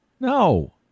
No